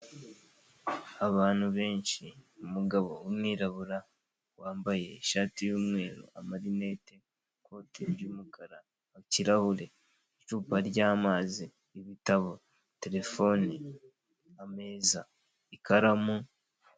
Abantu benshi, umugabo w'umwirabura wambaye ishati y'umweru, amarinete, ikoti ry'umukara, ikirahure, icupa ry'amazi, ibitabo, terefone, ameza, ikaramu,,,